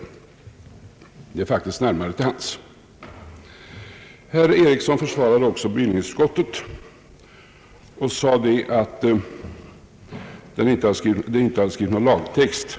Detta ligger faktiskt närmare till hands. Herr Ericsson försvarade också bevillningsutskottet och sade, att utskottet inte skrivit någon lagtext.